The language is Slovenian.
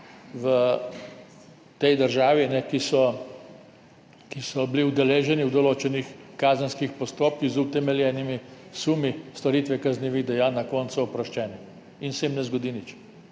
v tej državi, ki so bili udeleženi v določenih kazenskih postopkih z utemeljenimi sumi storitve kaznivih dejanj, na koncu so oproščeni in se jim